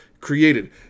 created